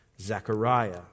Zechariah